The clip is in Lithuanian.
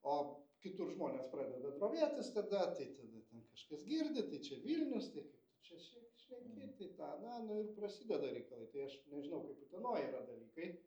o kitur žmonės pradeda drovėtis tada tai tada ten kažkas girdi tai čia vilnius tai čia šiaip šenki tai tą aną nu ir prasideda reikalai tai aš nežinau kaip utenoj yra dalykai